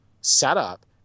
setup